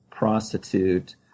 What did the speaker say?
prostitute